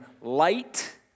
light